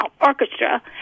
Orchestra